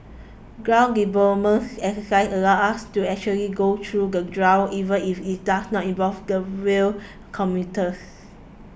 ground deployments exercises allow us to actually go through the drill even if it does not involve the rail commuters